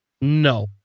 no